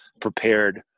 prepared